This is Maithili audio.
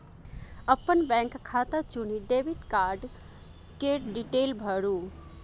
अपन बैंक खाता चुनि डेबिट कार्ड केर डिटेल भरु